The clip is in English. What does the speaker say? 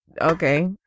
okay